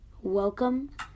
Welcome